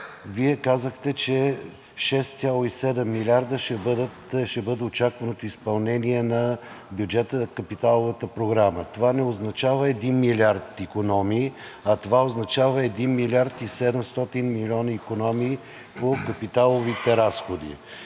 Вие казахте, че 6,7 милиарда ще бъде очакваното изпълнение на бюджета в капиталовата програма. Това не означава един милиард икономии, а това означава 1 млрд. и 700 млн. икономии по капиталовите разходи.